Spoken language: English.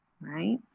right